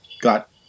got